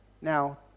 now